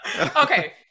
Okay